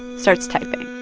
starts typing.